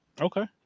Okay